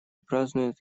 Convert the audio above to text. празднуют